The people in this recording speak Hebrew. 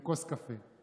עם כוס קפה.